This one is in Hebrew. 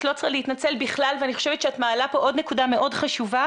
את לא צריכה להתנצל בכלל ואני חושבת שאת מעלה פה עוד נקודה מאוד חשובה.